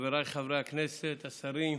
חבריי חברי הכנסת, השרים,